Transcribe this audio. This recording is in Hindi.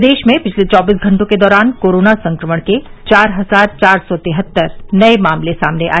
प्रदेश में पिछले चौबीस घंटों के दौरान कोरोना संक्रमण के चार हजार चार सौ तिहत्तर नए मामले सामने आए